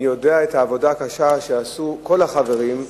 אני יודע את העבודה הקשה שעשו כל החברים,